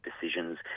decisions